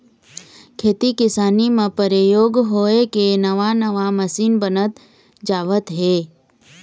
खेती किसानी म परयोग होय के नवा नवा मसीन बनत जावत हे